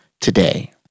today